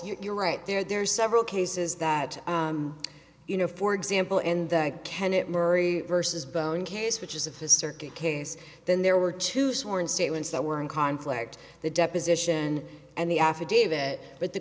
you're right there there are several cases that you know for example in the kennett murray versus bone case which is of a circuit case then there were two sworn statements that were in conflict the deposition and the affidavit but the